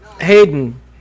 Hayden